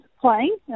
playing